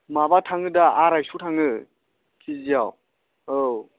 माबा थाङो दा आरायस' थाङो केजिआव औ